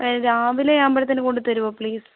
രാവിലെ ആവുമ്പോഴത്തേന് കൊണ്ടുതരുമോ പ്ലീസ്